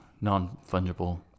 non-fungible